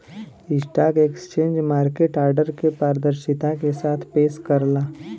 stock exchange market order के पारदर्शिता के साथ पेश करला